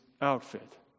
outfit